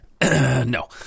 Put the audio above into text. No